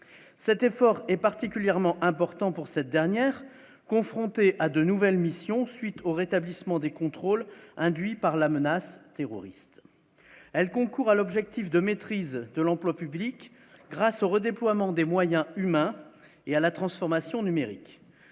cet effort est particulièrement important pour cette dernière, confronté à de nouvelles missions, suite au rétablissement des contrôles induit par la menace terroriste, elle concourt à l'objectif de maîtrise de l'emploi public, grâce au redéploiement des moyens humains et à la transformation numérique,